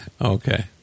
Okay